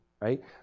right